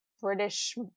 British